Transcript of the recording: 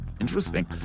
Interesting